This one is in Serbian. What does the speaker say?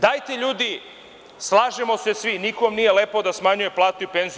Dajte ljudi, slažemo se svi, nikom nije lepo da smanjuje plate i penzije.